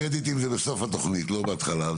הקרדיטים הם בסוף התוכנית, לא בהתחלה.